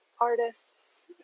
artists